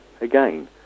again